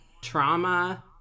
trauma